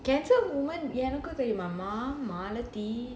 cancer women எனக்கு தெரியுமா:enakku theriyumaa malathi